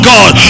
God